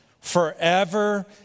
forever